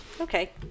Okay